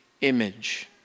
image